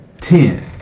ten